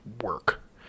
work